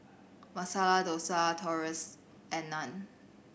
Masala Dosa Tortillas and Naan